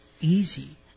easy